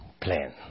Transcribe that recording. plan